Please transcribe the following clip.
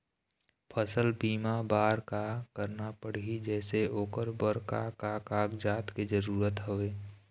फसल बीमा बार का करना पड़ही जैसे ओकर बर का का कागजात के जरूरत हवे?